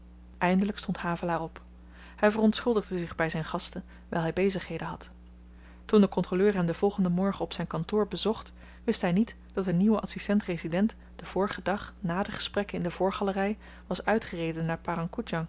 eindelyk stond havelaar op hy verontschuldigde zich by zyn gasten wyl hy bezigheden had toen de kontroleur hem den volgenden morgen op zyn kantoor bezocht wist hy niet dat de nieuwe adsistent resident den vorigen dag na de gesprekken in de voorgalery was uitgereden naar